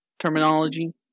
terminology